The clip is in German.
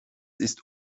ist